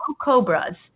cobras